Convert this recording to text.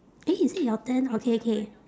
eh is it your turn okay okay